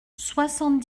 soixante